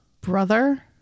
brother